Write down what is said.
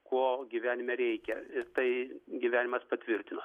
ko gyvenime reikia tai gyvenimas patvirtino